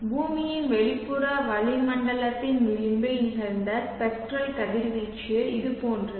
பூமியின் வெளிப்புற வளிமண்டலத்தின் விளிம்பில் நிகழ்ந்த ஸ்பெக்ட்ரல் கதிர்வீச்சு இது போன்றது